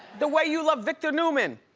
the way you love victor newman.